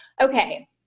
okay –